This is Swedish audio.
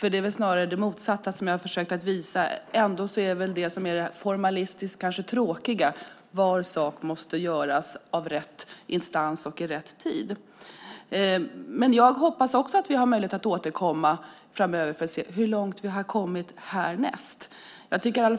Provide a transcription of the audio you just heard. Det är snarare det motsatta jag har försökt visa. Det är ändå det formalistiskt tråkiga som gäller: Var sak måste göras av rätt instans och i rätt tid. Jag hoppas också att vi har möjlighet att återkomma framöver för att se hur långt vi har kommit härnäst.